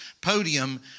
podium